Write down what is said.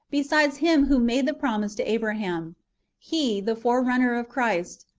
besides him who made the promise to abraham he, the forerunner of christ,